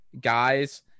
guys